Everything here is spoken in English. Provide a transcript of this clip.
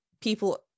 people